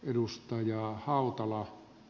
edustaja autolla